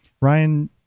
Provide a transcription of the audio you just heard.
Ryan